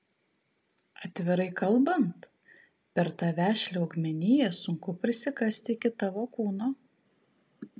atvirai kalbant per tą vešlią augmeniją sunku prisikasti iki tavo kūno